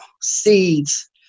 Seeds